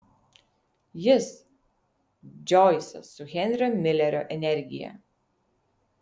jis džoisas su henrio milerio energija